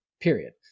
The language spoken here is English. period